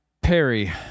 Perry